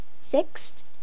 Sixth